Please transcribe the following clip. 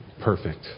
perfect